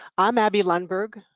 i'm abbie lundberg.